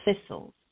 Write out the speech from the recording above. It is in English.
thistles